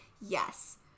yes